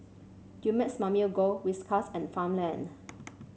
Dumex Mamil Gold Whiskas and Farmland